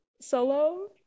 solo